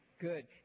Good